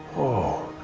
oh.